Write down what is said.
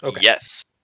yes